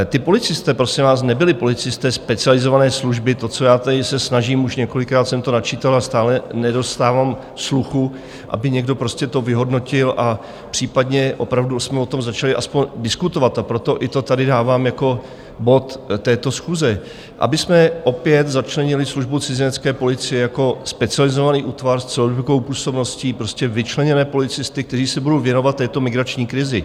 Ti policisté, prosím vás, nebyli policisté specializované služby, to, o co já se tady snažím, už několikrát jsem to načítal a stále nedostávám sluchu, aby někdo prostě to vyhodnotil a případně opravdu už jsme o tom začali aspoň diskutovat, a proto to tady dávám jako bod této schůze, abychom opět začlenili službu cizinecké policie jako specializovaný útvar s celorepublikovou působností, prostě vyčleněné policisty, kteří se budou věnovat této migrační krizi.